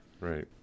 Right